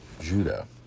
Judah